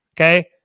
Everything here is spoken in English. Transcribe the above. Okay